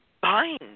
bind